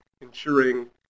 ensuring